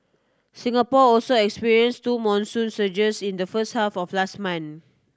Singapore also experience two monsoon surges in the first half of last month